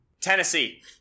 Tennessee